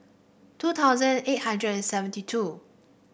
two thousand eight hundred and seventy two